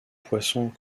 poissons